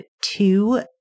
two